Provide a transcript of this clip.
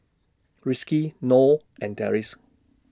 Rizqi Noh and Deris